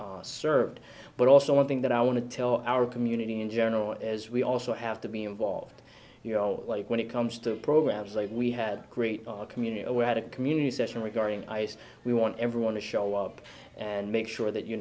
served but also one thing that i want to tell our community in general as we also have to be involved you know like when it comes to programs like we had great community we had a community session regarding ice we want everyone to show up and make sure that you